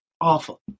awful